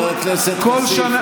חבר הכנסת כסיף,